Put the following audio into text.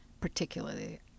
particularly